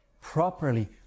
properly